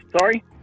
Sorry